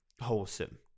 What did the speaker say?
wholesome